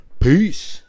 Peace